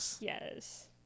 Yes